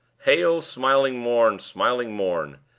hail, smiling morn! smiling morn!